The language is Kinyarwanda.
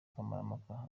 kamarampaka